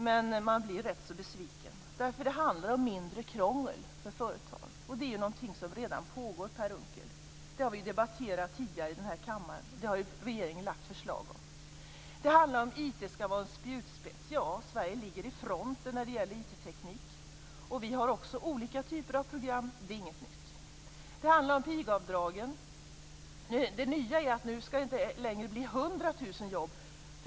Men man blir rätt så besviken. Det handlar om mindre krångel för företag. Men, Per Unckel, det är något som redan pågår. Det har vi debatterat tidigare i denna kammare och det har regeringen lagt fram förslag om. Det handlar om att IT skall vara en spjutspets. Ja, Sverige ligger i fronten när det gäller informationsteknik. Vi har också olika typer av program, så detta är ingenting nytt. Det handlar om pigavdragen. Det nya är att det inte längre skall bli 100 000 jobb.